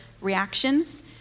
reactions